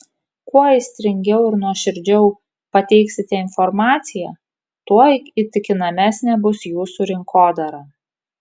kuo aistringiau ir nuoširdžiau pateiksite informaciją tuo įtikinamesnė bus jūsų rinkodara